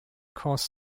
cause